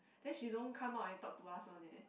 then she don't come out and talk to us one eh